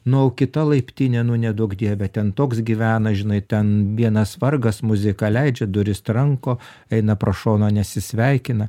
nu o kita laiptinė nu neduok dieve ten toks gyvena žinai ten vienas vargas muziką leidžia duris tranko eina pro šoną nesisveikina